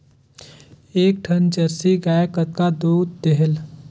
एक ठन जरसी गाय कतका दूध देहेल?